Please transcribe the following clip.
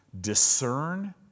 discern